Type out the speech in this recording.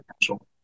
potential